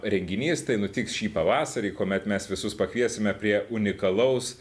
renginys tai nutiks šį pavasarį kuomet mes visus pakviesime prie unikalaus